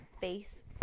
Face